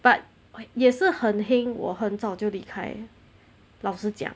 but 我也是很 heng 我很早就离开老实讲